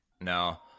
no